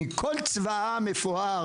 עם כל צבאה המפואר